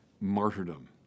martyrdom